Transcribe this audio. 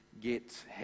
get